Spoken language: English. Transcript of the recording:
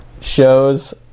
shows